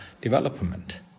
development